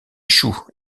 échoue